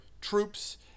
troops